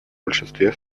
большинстве